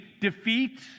defeat